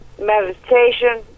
Meditation